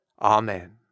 Amen